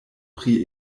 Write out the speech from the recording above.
pri